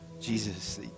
Jesus